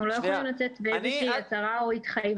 אנחנו לא יכולים לצאת באיזושהי הצהרה או התחייבות.